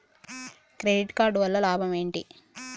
Credit card వల్ల లాభం ఏంటి?